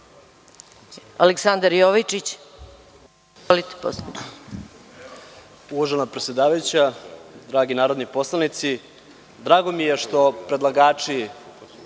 **Aleksandar Jovičić** Uvažena predsedavajuća, dragi narodni poslanici, drago mi je što predlagači